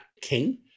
King